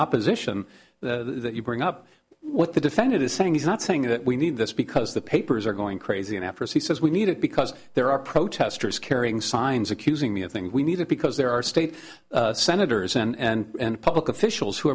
opposition the that you bring up what the defendant is saying he's not saying that we need this because the papers are going crazy and after he says we need it because there are protesters carrying signs accusing me of things we need to because there are state senators and public officials who